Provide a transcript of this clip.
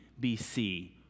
BC